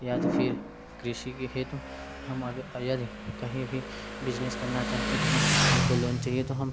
या तो फिर कृषि के हेतु हम यदि कहीं भी बिजनेस करना चाहते हैं तो हम हमको लोन चाहिए तो हम